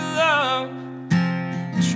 love